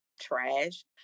trash